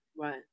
Right